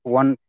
one